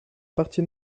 partie